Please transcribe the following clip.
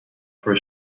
for